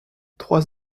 trois